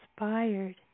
inspired